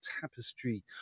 tapestry